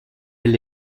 elle